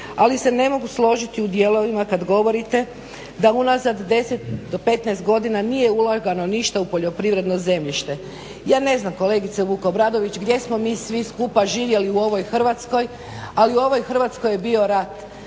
ali se ne mogu složiti u dijelovima kada govorite da unazad 10 do 15 godina nije ulagano ništa u poljoprivredno zemljište. Ja ne znam kolegice Vukobratović gdje smo mi svi skupa živjeli u ovoj Hrvatskoj ali u ovoj Hrvatskoj je bio rat,